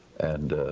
and